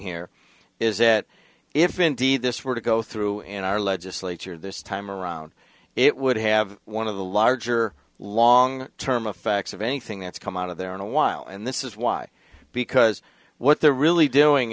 here is that if indeed this were to go through in our legislature this time around it would have one of the larger long term effects of anything that's come out of there in a while and this is why because what they're really doing